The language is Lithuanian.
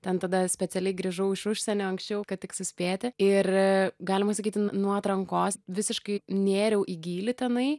ten tada specialiai grįžau iš užsienio anksčiau kad tik suspėti ir galima sakyti nuo atrankos visiškai nėriau į gylį tenai